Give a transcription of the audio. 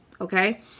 okay